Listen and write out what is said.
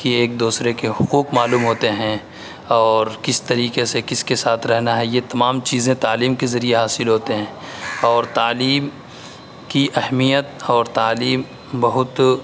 کہ ایک دوسرے کے حقوق معلوم ہوتے ہیں اور کس طریقے سے کس کے ساتھ رہنا ہے یہ تمام چیزیں تعلیم کے ذریعے حاصل ہوتے ہیں اور تعلیم کی اہمیت اور تعلیم بہت